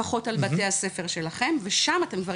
לפחות על בתי הספר שלכם ושם אתם כבר